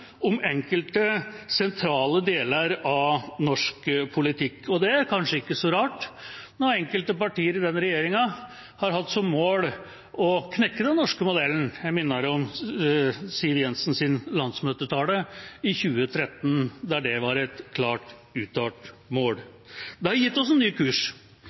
om enkelte sentrale deler av norsk politikk. Det er kanskje ikke så rart, når enkelte partier i den regjeringa har hatt som mål å knekke den norske modellen. Jeg minner om Siv Jensens landsmøtetale i 2013, der det var et klart uttalt mål. Det har gitt oss en ny kurs